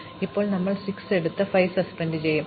അതിനാൽ ഞങ്ങൾ ഇപ്പോൾ 6 എടുത്ത് 5 സസ്പെൻഡ് ചെയ്യും